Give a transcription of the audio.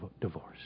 divorce